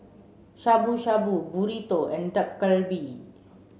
Shabu Shabu Burrito and Dak Galbi